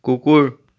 কুকুৰ